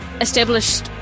established